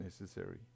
necessary